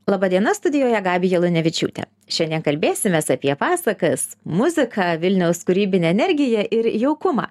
laba diena studijoje gabija lunevičiūtė šiandien kalbėsimės apie pasakas muziką vilniaus kūrybinę energiją ir jaukumą